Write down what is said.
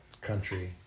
country